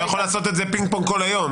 הוא היה יכול פינג-פונג כל היום.